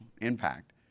impact